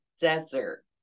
desert